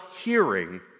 hearing